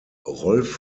rolf